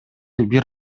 бир